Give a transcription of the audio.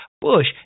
Bush